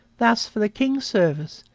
thus, for the king's service,